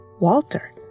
Walter